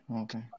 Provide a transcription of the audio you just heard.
okay